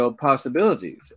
possibilities